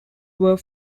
were